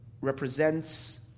represents